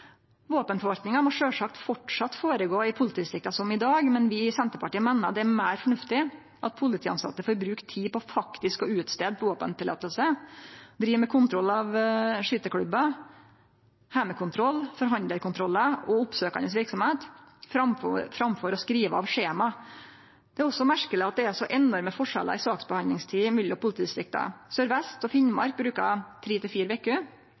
Våpenforvaltninga må sjølvsagt framleis gå føre seg i politidistrikta, som i dag, men vi i Senterpartiet meiner det er meir fornuftig at polititilsette får bruke tid på faktisk å skrive ut våpenløyve, drive med kontroll av skyteklubbar, heimekontroll, forhandlarkontrollar og oppsøkjande verksemd framfor å skrive av skjema. Det er også merkeleg at det er så enorme forskjellar i saksbehandlingstid mellom politidistrikta. Sør-Vest og Finnmark bruker tre til fire veker,